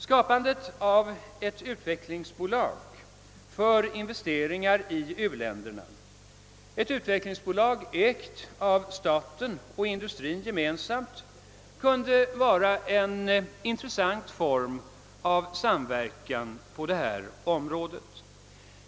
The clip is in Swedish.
Skapandet av ett utvecklingsbolag för investeringar i u-länderna, ett utvecklingsbolag ägt av staten och industrin gemensamt, kunde vara en intressant form av samverkan på detta område.